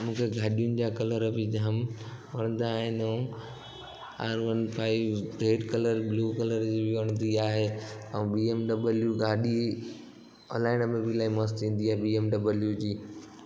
मूंखे गाॾियुनि जा कलर बि जाम वणंदा आहिनि ऐं R one five red colour blue colour जी बि वणंदी आहे ऐं बी एम डब्लू गाॾी हलाइण में बि अलाई मस्तु थींदी आहे बी एम डब्लू जी